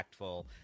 impactful